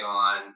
on